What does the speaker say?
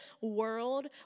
world